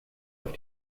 auf